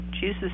Jesus